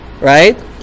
right